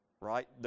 Right